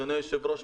אדוני היושב-ראש,